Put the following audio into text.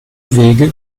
wege